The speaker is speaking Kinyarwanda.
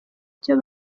cyo